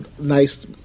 nice